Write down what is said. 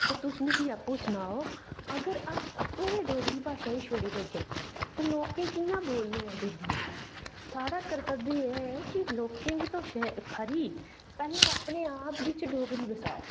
ते तुस मिकी अपनी सनाओ अगर अस आपूं गै डोगरी भाशा गी छोड़ी देगे पर लोकें कि'यां बोलनी ऐ साढ़ा कर्तव्य है कि लोकें गी तुस खरी पैह्लें अपने आप बिच डोगरी बसाओ